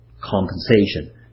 compensation